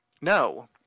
no